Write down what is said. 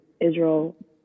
Israel